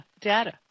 data